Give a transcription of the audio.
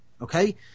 Okay